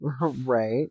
Right